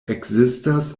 ekzistas